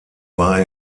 war